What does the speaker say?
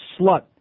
slut